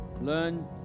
Learn